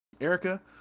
erica